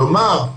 כלומר,